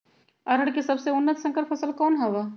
अरहर के सबसे उन्नत संकर फसल कौन हव?